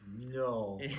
No